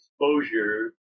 exposure